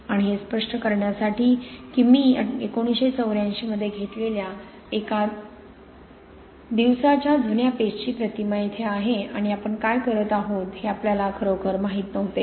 आणि हे स्पष्ट करण्यासाठी की मी 1984 मध्ये घेतलेल्या एका दिवसाच्या जुन्या पेस्टची प्रतिमा येथे आहे आणि आपण काय करत आहोत हे आपल्याला खरोखर माहित नव्हते